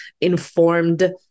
informed